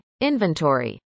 inventory